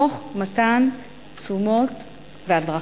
תוך מתן תשומות והדרכה.